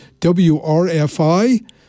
WRFI